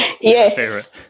Yes